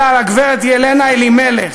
אלא על הגברת ילנה אלימלך,